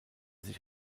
sich